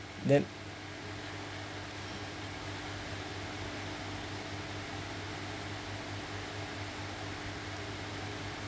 then